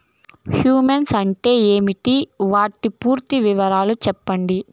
Humus అంటే ఏంటి? వాటి పూర్తి వివరాలు సెప్పండి?